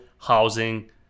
housing